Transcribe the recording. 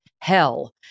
hell